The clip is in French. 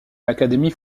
l’académie